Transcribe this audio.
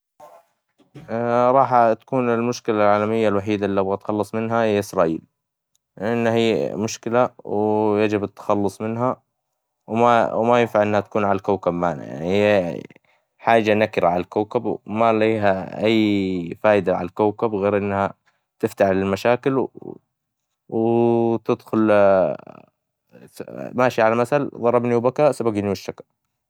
راح تكون المشكلة العالمية الوحيدة, لو اتخلص منها هيا إسرائيل, لأن هي مشكلة, ويجب التخلص منها, وما وما ينفع انها تكون على الكوكب معنا يعني, هيا حاجة نكرة عالكوكب, وما ليها أي فايدة عالكوكب غير إنها تفتعل مشاكل, و تدخل ل س- ماشية على مثل, ظربني وبكا سبقني واشتكى,.